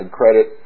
credit